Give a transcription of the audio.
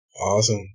awesome